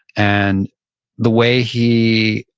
and the way he